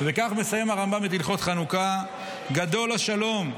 וכך מסיים הרמב"ם את הלכות חנוכה: "גדול השלום,